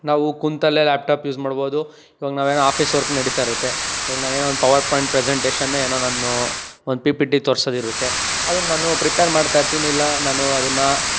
ನಾವು ಕುಂತಲ್ಲೇ laptop use ಮಾಡ್ಬೋದು ಇವಾಗ ನಾವೇನೋ ಆಫೀಸ್ ವರ್ಕ್ ನಡಿತಾ ಇರುತ್ತೆ ಇವಾಗ ನಾನೇನೋ ಒಂದು ಪವರ್ಪಾಯಿಂಟ್ ಪ್ರೆಸೆಂಟೇಶನ್ ಏನೊ ನಾನು ಒಂದು ಪಿ ಪಿ ಟಿ ತೋರ್ಸೋದು ಇರುತ್ತೆ ಅದನ್ನು ನಾನು ಪ್ರಿಪೇರ್ ಮಾಡ್ತಾ ಇರ್ತೀನಿ ಇಲ್ಲ ನಾನು ಅದನ್ನು